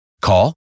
Call